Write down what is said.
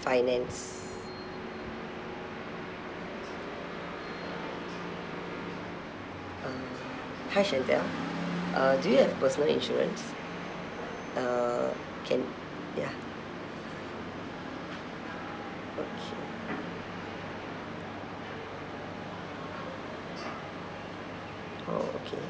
finance hi shantel uh do you have personal insurance uh can ya okay oh okay